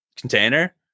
Container